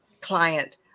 client